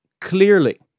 Clearly